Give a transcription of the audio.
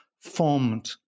formed